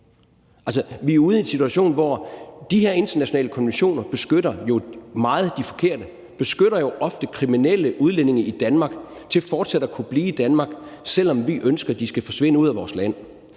vi er ude i en situation, hvor de her internationale konventioner jo meget beskytter de forkerte. De beskytter jo ofte kriminelle udlændinge i Danmark i forhold til fortsat at kunne blive Danmark, selv om vi ønsker, de skal forsvinde ud af vores land.